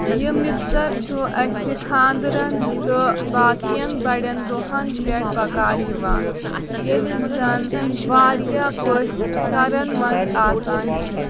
یہِ مَکسر چھُ اَسہِ خانٛدرن تہٕ باقٮ۪ن بَڑین دۄہَن پٮ۪ٹھ بَکار یِوان ییٚلہِ زَن واریاہ پٔژھۍ گرن منٛز آسان چھِ